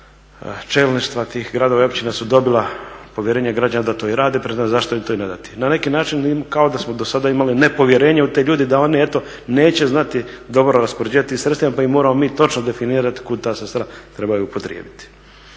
čelništva tih gradova i općina su dobila povjerenje građana da to i rade pa ne znam zašto im to i ne dati. Na neki način i kao da smo do sada imali nepovjerenje u te ljude da oni eto neće znati dobro raspoređivati tim sredstvima pa im moramo mi točno definirati kuda ta sredstva trebaju upotrijebiti.